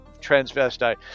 transvestite